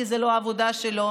כי זו לא העבודה שלו,